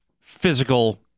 physical